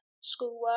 schoolwork